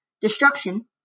destruction